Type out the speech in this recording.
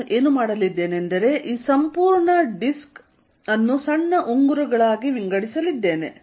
ನಾನು ಈಗ ಏನು ಮಾಡಲಿದ್ದೇನೆಂದರೆ ಈ ಸಂಪೂರ್ಣ ಡಿಸ್ಕ್ ಅನ್ನು ಸಣ್ಣ ಉಂಗುರಗಳಾಗಿ ವಿಂಗಡಿಸಲಿದ್ದೇನೆ